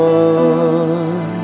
one